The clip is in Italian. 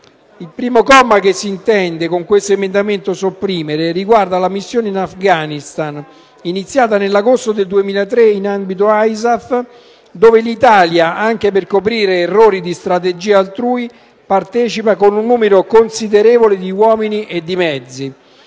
dell'articolo, che si intende con questo emendamento sopprimere, riguarda la missione in Afghanistan, iniziata nell'agosto del 2003 in ambito ISAF, dove l'Italia, anche per coprire errori di strategia altrui, partecipa con un numero considerevole di uomini e di mezzi.